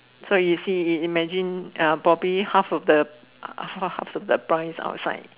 so you see imagine properly half of the half of the price outside